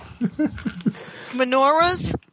Menorahs